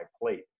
plate